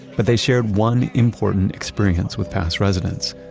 but they shared one important experience with past residents.